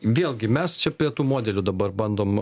vėlgi mes čia prie tų modelių dabar bandom